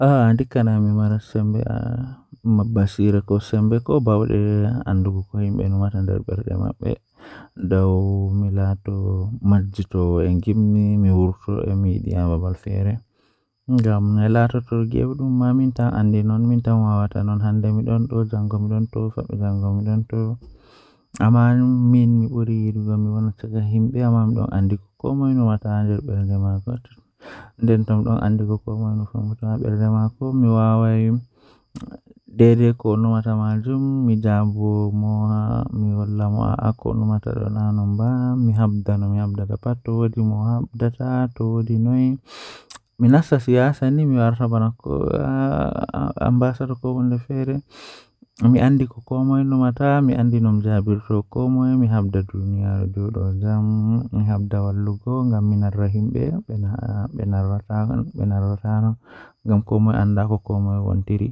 Eh ɗum boɗɗum masin kondei ayaha asupta mo laamata ma Tawa e laawol politik, vote ndiyam e hakkunde caɗeele ɓe. Ko sabu hakkunde e election, yimɓe foti heɓugol farɗe, kala moƴƴi foti yewtude laawol tawa hayɓe. Kono, wano waɗde vote, ko moƴƴi njama aɗɗa faami, heɓugol firtiiɗo ngoodi, fota hayɓe ngam firtiimaaji.